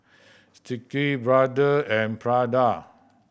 Sticky Brother and Prada